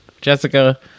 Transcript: Jessica